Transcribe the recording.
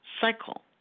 cycle